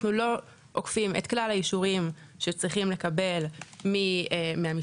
אנחנו לא עוקפים את כלל האישורים שצריכים לקבל מהמשטרה,